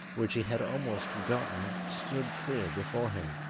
which he had almost forgotten, stood clear before him.